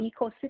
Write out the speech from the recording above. ecosystem